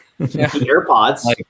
AirPods